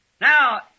Now